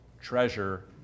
treasure